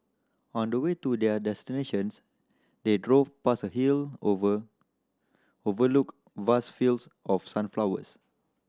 on the way to their destinations they drove past a hill over overlooked vast fields of sunflowers